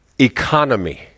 economy